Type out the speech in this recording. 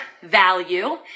value